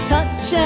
Touch